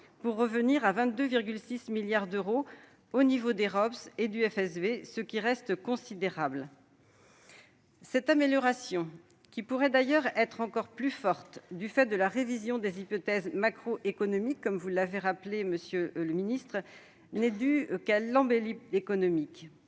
pour revenir à 22,6 milliards d'euros au niveau des Robss et du FSV, ce qui reste considérable. Cette amélioration, qui pourrait d'ailleurs être encore plus forte du fait de la révision des hypothèses macroéconomiques, comme vous l'avez rappelé, monsieur le ministre Dussopt, n'est due qu'à l'embellie économique.